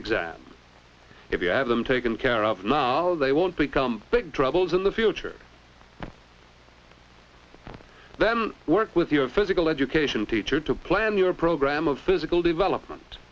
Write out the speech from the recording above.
exam if you have them taken care of now or they won't become big troubles in the future then work with your physical education teacher to plan your programme of physical development